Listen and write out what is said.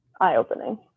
eye-opening